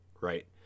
right